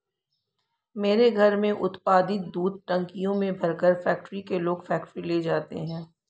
मेरे घर में उत्पादित दूध टंकियों में भरकर फैक्ट्री के लोग फैक्ट्री ले जाते हैं